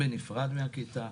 בנפרד מהכיתה,